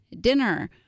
dinner